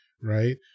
Right